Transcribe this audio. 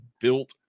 built